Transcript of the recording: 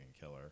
killer